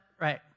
Right